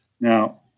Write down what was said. Now